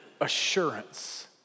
assurance